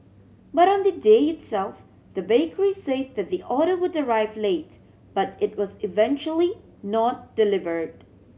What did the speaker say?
but on the day itself the bakery say that the order would arrive late but it was eventually not delivered